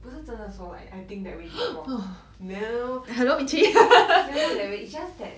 不是真的说 like I think that way before no very long never wait it's just that